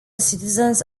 citizens